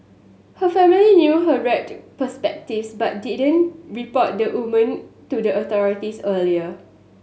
her family knew her warped perspectives but didn't report the woman to the authorities earlier